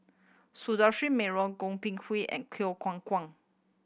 Sundaresh Menon Goh Ping Hui and Kwang Kwang